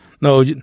no